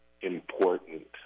important